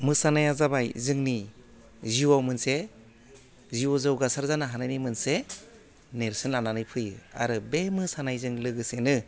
मोसानाया जाबाय जोंनि जिउआव मोनसे जिउआव जौगासार जानो हानायनि मोनसे नेरसोन लानानै फैयो आरो बे मोसानायजों लोगोसेनो